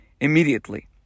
immediately